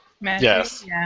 Yes